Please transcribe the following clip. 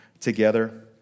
together